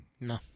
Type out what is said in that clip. no